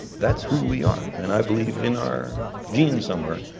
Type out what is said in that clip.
that's who we are, and i believe, in our genes somewhere,